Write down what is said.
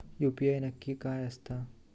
UPI नक्की काय आसता?